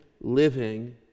living